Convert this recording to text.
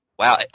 Wow